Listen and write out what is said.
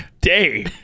day